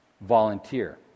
volunteer